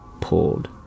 pulled